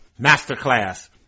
Masterclass